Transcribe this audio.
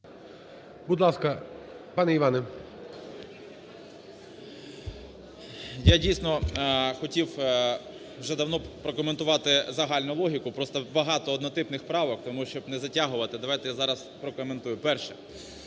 11:46:03 ВІННИК І.Ю. Я, дійсно, хотів вже давно прокоментувати загальну логіку. Просто багато однотипних правок, тому, щоб не затягувати, давайте зараз прокоментую. Перше.